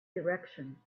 direction